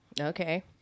Okay